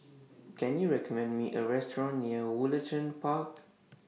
Can YOU recommend Me A Restaurant near Woollerton Park